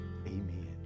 Amen